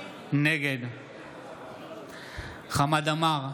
נגד חמד עמאר,